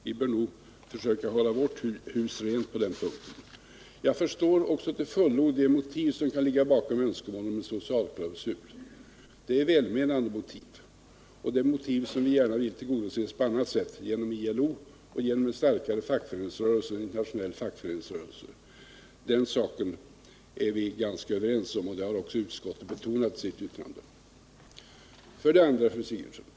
Vi bör nog försöka hålla vårt hus rent på den punkten. Jag förstår också till fullo de motiv som kan ligga bakom önskemålet om en socialklausul. Det är välmenande motiv, och det är motiv som vi gärna vill se tillgodosedda på annat sätt: genom ILO och genom en starkare internationell fackföreningsrörelse. Den saken är vi överens om, och det har också utskottet betonat i sitt yttrande.